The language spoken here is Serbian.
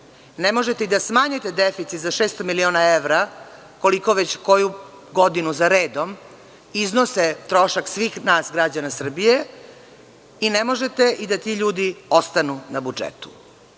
ne možete i da smanjite deficit za 600 miliona evra, koliko već koju godinu za redom iznosi trošak svih nas građana Srbije i ne možete i da ti ljudi ostanu na budžetu. Sav